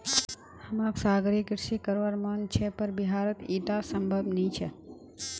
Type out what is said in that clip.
हमाक सागरीय कृषि करवार मन छ पर बिहारत ईटा संभव नी छ